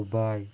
Dubai